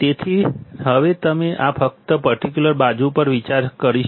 તેથી હવે આપણે ફક્ત આ પર્ટિક્યુલર બાજુ ઉપર વિચાર કરીશું